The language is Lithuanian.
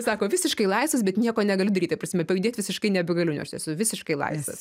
sako visiškai laisvas bet nieko negaliu daryt ta prasme pajudėt visiškai nebegaliu nors esu visiškai laisvas